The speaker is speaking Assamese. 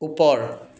ওপৰ